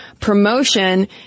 promotion